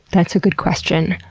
that's a good question.